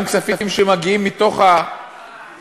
גם כספים שמגיעים מתוך הכנסת,